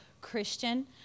Christian